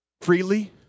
freely